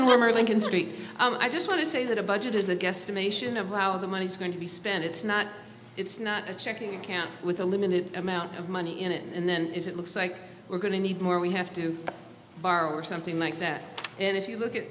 little warmer lincoln street i just want to say that a budget is a guesstimation of how the money is going to be spent it's not it's not a checking account with a limited amount of money in it and then it looks like we're going to need more we have to borrow or something like that and if you look at